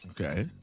okay